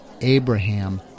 Abraham